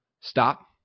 Stop